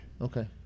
Okay